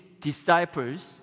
disciples